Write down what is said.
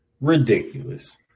Ridiculous